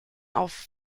auf